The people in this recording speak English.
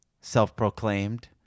self-proclaimed